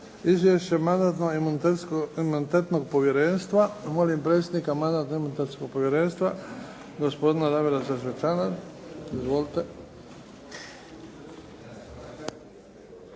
Izvješće Mandatno-imunitetnog povjerenstva Molim predsjednika Mandatno-imunitetnog povjerenstva gospodina Damira Sesvečana. Izvolite.